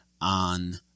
on